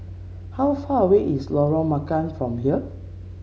how far away is Lorong Marican from here